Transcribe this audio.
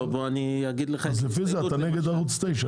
בוא אני אגיד לך --- לפי זה אתה נגד ערוץ 9,